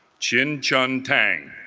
chinchin tang,